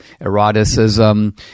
eroticism